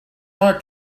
more